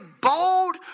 bold